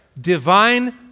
divine